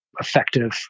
effective